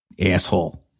Asshole